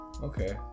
Okay